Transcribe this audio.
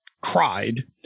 cried